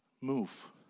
Move